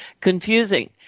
confusing